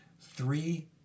three